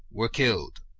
were killed.